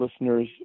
listeners